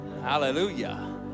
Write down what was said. Hallelujah